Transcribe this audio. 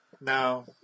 No